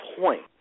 point